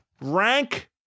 rank